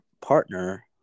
partner